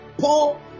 Paul